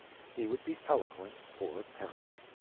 he would be eloquent, or perish.